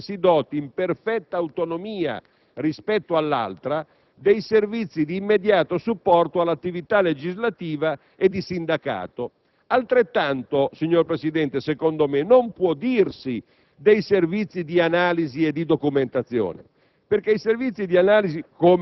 che ciascuna delle due Camere si doti, in perfetta autonomia rispetto all'altra, dei servizi di immediato supporto all'attività legislativa e di sindacato, altrettanto, signor Presidente, non può dirsi dei servizi di analisi e di documentazione